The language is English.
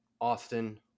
Austin